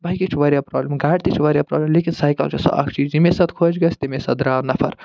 بایکہِ چھِ وارِیاہ پرٛابلِم گاڑِ تہِ چھِ وارِیاہ پرٛابلِم لیکن سایکل چھُ سُہ اکھ چیٖز ییٚمے ساتہٕ خۄش گَژھِ تَمے ساتہٕ درٛاو نفر